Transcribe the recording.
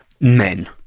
men